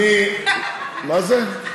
אז אני, מה זה?